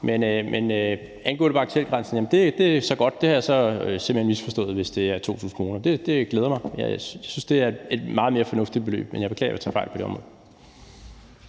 Men angående bagatelgrænse er det jo godt. Det har jeg så simpelt hen misforstået, hvis det er 2.000 kr. Det glæder mig. Jeg synes, det er et meget mere fornuftigt beløb. Men jeg beklager, hvis jeg tog fejl på det område.